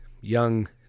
young